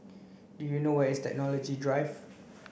do you know where is Technology Drive